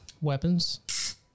weapons